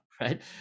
right